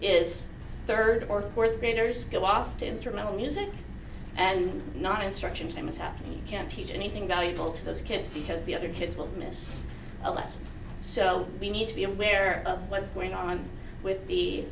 is third or fourth graders go off to instrumental music and not instruction time is happening you can't teach anything valuable to those kids because the other kids will miss a lesson so we need to be aware of what's going on with